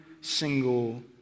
single